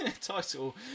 title